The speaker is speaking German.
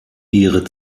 ihre